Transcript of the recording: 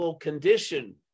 condition